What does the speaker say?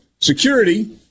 security